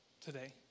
today